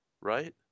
right